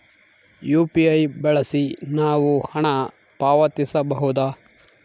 UPI ಬಳಸಿ ನಾವು ಹಣ ಪಾವತಿಸಬಹುದಾ?